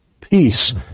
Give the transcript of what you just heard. peace